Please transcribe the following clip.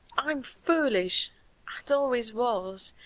i'm foolish and always was,